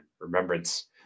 Remembrance